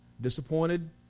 disappointed